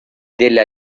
della